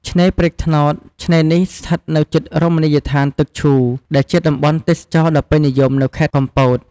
ឆ្នេរព្រែកត្នោត ឆ្នេរនេះស្ថិតនៅជិតរមណីយដ្ឋានទឹកឈូ ដែលជាតំបន់ទេសចរណ៍ដ៏ពេញនិយមនៅកំពត។